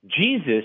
Jesus